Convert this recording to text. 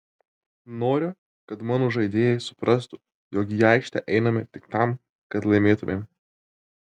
noriu kad mano žaidėjai suprastų jog į aikštę einame tik tam kad laimėtumėm